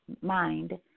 mind